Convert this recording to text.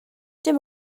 dim